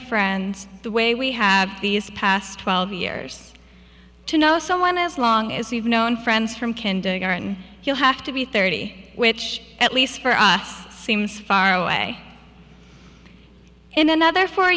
friends the way we have these past twelve years to know someone as long as we've known friends from kindergarten he'll have to be thirty which at least for us seems far away in another four